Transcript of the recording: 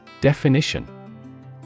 Definition